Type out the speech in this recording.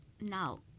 now